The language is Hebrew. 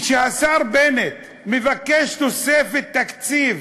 וכשהשר בנט מבקש תוספת תקציב